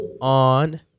on